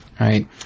Right